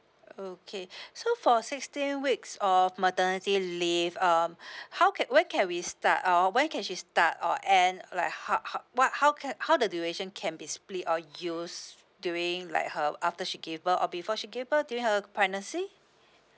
okay so for sixteen weeks of maternity leave um how ca~ when can we start uh when can she start or end like ho~ how what how can how the duration can be split or use during like her after she gave birth or before she gave birth during her pregnancy